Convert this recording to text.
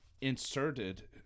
inserted